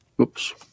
Oops